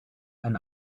einen